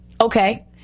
okay